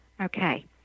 Okay